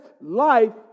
life